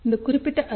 இந்த குறிப்பிட்ட ஐ